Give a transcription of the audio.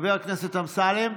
חבר הכנסת אמסלם,